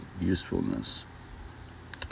usefulness